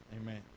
amen